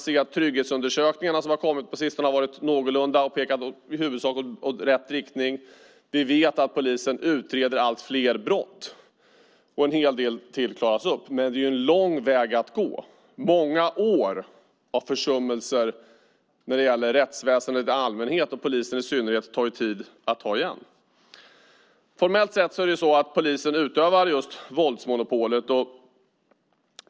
De trygghetsundersökningar som har kommit den senaste tiden har i huvudsak pekat i rätt riktning. Vi vet att polisen utreder allt fler brott och att en hel del fler klaras upp. Men det är lång väg att gå. Många år av försummelse när det gäller rättsväsendet i allmänhet och polisen i synnerhet tar tid att ta igen. Formellt sett utövar polisen våldsmonopolet.